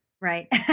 Right